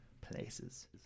places